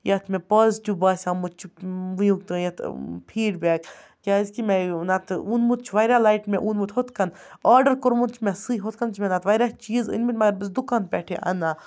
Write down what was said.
یَتھ مےٚ پازٹِو باسیٛومُت چھُ وٕنیُک تانٮ۪تھ فیٖڈبیک کیٛازِکہِ مےٚ نَتہٕ اوٚنمُت چھُ واریاہ لَٹہِ مےٚ اوٚنمُت ہُتھ کَن آرڈَر کوٚرمُت چھِ مےٚ سُے ہُتھ کَن چھِ مےٚ نَتہٕ واریاہ چیٖز أنۍ مٕتۍ مگر بہٕ چھَس دُکان پٮ۪ٹھٕے اَنان